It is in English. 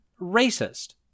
racist